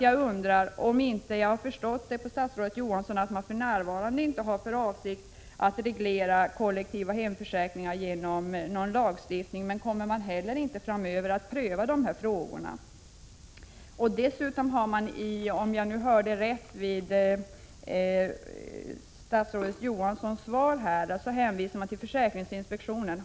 Jag har förstått av vad statsrådet Johansson sade att man för närvarande inte har för avsikt att reglera de kollektiva hemförsäkringarna genom lagstiftning. Kommer man heller inte att framöver pröva dessa frågor? Om jag hörde rätt hänvisar statsrådet Johansson i svaret till försäkringsinspektionen.